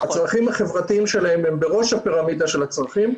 הצרכים החברתיים שלהם הם בראש הפירמידה של הצרכים,